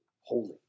holy